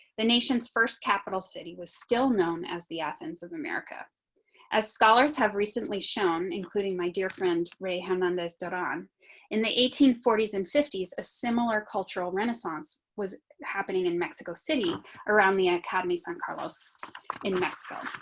the nation's first capital city was still known as the offense of america. anna marley as scholars have recently shown, including my dear friend, ray hand on this date on in the eighteen forty s and fifty s. a similar cultural renaissance was happening in mexico city around the academy san carlos in mexico.